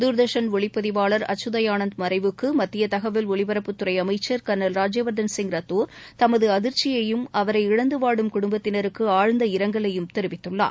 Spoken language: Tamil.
தூர்தர்ஷன் ஒளிப்பதிவாளர் அச்சுதயானந்த் மறைவுக்கு மத்தியதகவல் ஒலிபரப்புத்துறைஅமைச்சர் கர்னல் ராஜ்யவர்தன் சிங் ரத்தோர் தமதுஅதிர்ச்சியையும் அவரை இழந்துவாடும் குடும்பத்தினருக்குஆழ்ந்த இரங்கலையும் தெரிவித்துள்ளார்